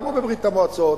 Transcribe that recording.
כמו בברית-המועצות,